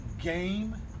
Game